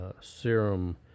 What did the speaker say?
serum